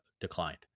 declined